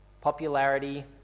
popularity